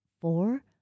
four